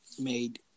made